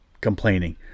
complaining